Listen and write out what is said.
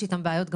אפילו כן.